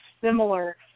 similar